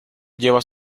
lleva